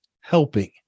Helping